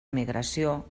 migració